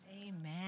Amen